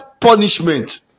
punishment